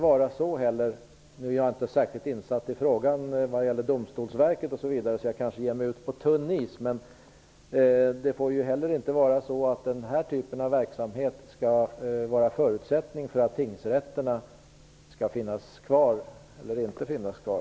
Jag är inte särskilt väl insatt i Domstolsverkets förhållanden och ger mig därför nu kanske ut på tunn is, men jag vill ändå säga att det inte får vara så att denna typ av verksamhet skall vara en förutsättning för att tingsrätterna skall få finnas kvar.